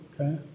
okay